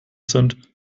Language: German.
sind